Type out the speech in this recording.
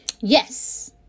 yes